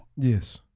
Yes